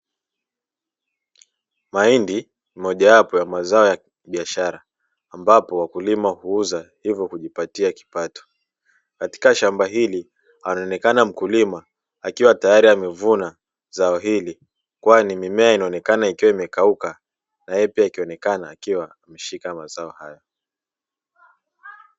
Mahindi moja wapo ya mazao ya biashara ambapo wakulima huuza ilikujipatia kipato, katika shamba hili anaonekana mkulima akiwa tayari amevuna zao hili kwani mimea inaonekana ikiwa imekauka na yeye pia anaonekana ameshika mazao hayo.